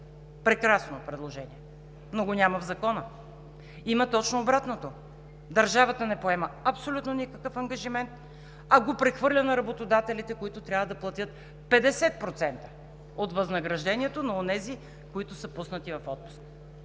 Прекрасно предложение, но го няма в Закона! Има точно обратното – държавата не поема абсолютно никакъв ангажимент, а го прехвърля на работодателите, които трябва да платят 50% от възнаграждението, които са пуснати в отпуск!